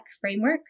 framework